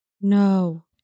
No